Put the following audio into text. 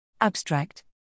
ABSTRACT